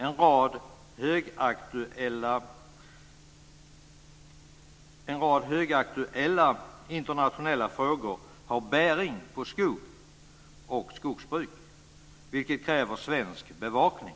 En rad högaktuella internationella frågor har bäring på skog och skogsbruk, och det kräver svensk bevakning.